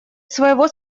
своего